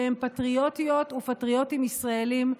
והם פטריוטיות ופטריוטים ישראלים,